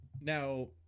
now